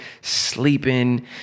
sleeping